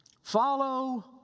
Follow